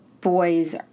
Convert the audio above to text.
boys